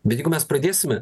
bet jeigu mes pradėsime